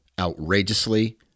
outrageously